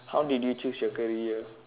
how did you choose your career